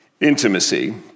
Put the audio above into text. intimacy